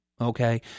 okay